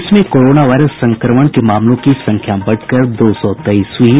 देश में corona virus संक्रमण के मामलों की संख्या बढ़कर दो सौ तेईस हुयी